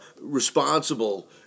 responsible